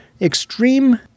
extreme